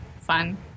fun